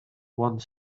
one